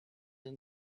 and